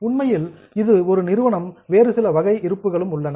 உண்மையில் ஒரு நிறுவனத்திற்கு வேறு சில வகை இருப்புகளும் உள்ளன